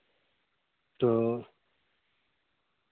تو